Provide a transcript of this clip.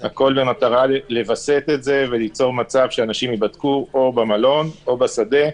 הכול במטרה לווסת את זה וליצור מצב שאנשים ייבדקו במלון או בשדה.